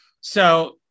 So-